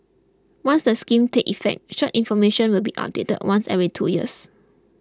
once the scheme takes effect such information will be updated once every two years